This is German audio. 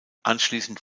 anschließend